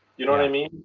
you know what i mean?